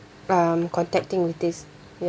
um contacting with this ya